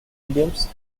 williams